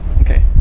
okay